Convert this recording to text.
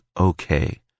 okay